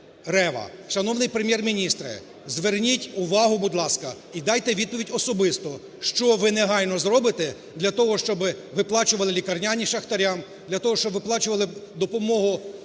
Рева, шановний Прем'єр-міністре зверніть увагу, будь ласка, і дайте відповідь особисто, що ви негайно зробите для того, щоб виплачували лікарняні шахтарям для того, щоб виплачували допомогу